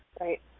Right